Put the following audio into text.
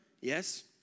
Yes